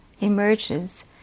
emerges